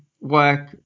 work